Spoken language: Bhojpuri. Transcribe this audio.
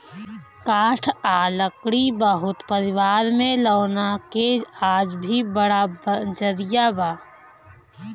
काठ आ लकड़ी बहुत परिवार में लौना के आज भी बड़ा जरिया बा